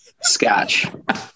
scotch